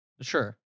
Sure